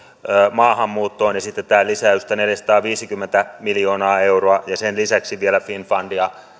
maahanmuuttoon esitetään lisäystä neljäsataaviisikymmentä miljoonaa euroa ja sen lisäksi vielä finnfundia